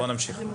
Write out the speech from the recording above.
בואי נמשיך.